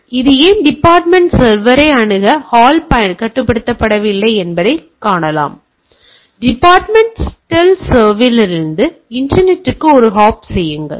இப்போது இது ஏன் டிபார்ட்மென்டல் சர்வரை அணுக ஹால் கட்டுப்படுத்தவில்லை என்பதைக் காணலாம் மேலும் டிபார்ட்மென்டல் சர்வரலிருந்து இன்டர்நெட்க்கு ஒரு ஹாப் செய்யுங்கள்